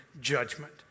judgment